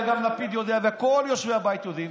וגם לפיד יודע וכל יושבי הבית יודעים,